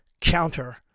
Counter